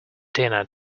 dinner